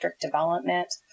development